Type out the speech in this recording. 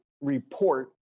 report